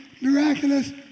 miraculous